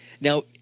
Now